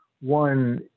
One